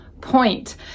point